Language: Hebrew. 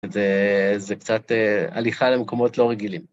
זה קצת הליכה למקומות לא רגילים.